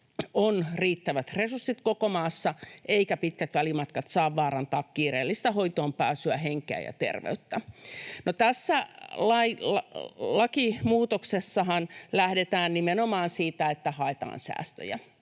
on riittävät resurssit koko maassa, eivätkä pitkät välimatkat saa vaarantaa kiireellistä hoitoonpääsyä, henkeä ja terveyttä. Tässä lakimuutoksessahan lähdetään nimenomaan siitä, että haetaan säästöjä.